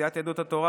סיעת יהדות התורה,